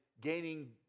gaining